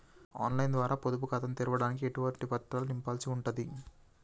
On line ద్వారా పొదుపు ఖాతాను తెరవడానికి ఎటువంటి పత్రాలను నింపాల్సి ఉంటది?